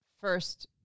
first